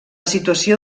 situació